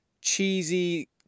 cheesy